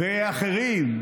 ואחרים,